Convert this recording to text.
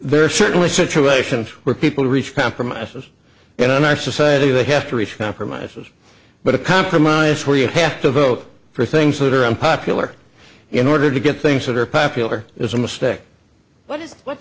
there are certainly situations where people reach compromises and in our society they have to reach compromise was but a compromise where you have to vote for things that are unpopular in order to get things that are popular is a mistake what is what